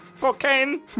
Cocaine